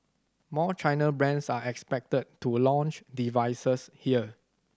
more China brands are expected to launch devices here